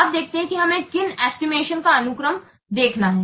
अब देखते हैं कि हमें किन एस्टिमेशन का अनुक्रम देखना है